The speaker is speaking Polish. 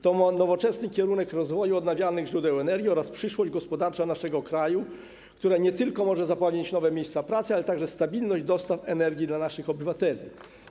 To nowoczesny kierunek rozwoju odnawialnych źródeł energii oraz przyszłość gospodarcza naszego kraju, która nie tylko może zapewnić nowe miejsca pracy, ale także stabilność dostaw energii dla naszych obywateli.